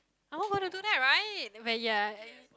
I won't go to do that right but ya